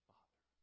Father